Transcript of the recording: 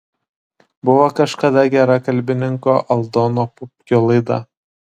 buvo kažkada gera kalbininko aldono pupkio laida